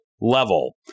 level